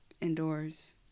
indoors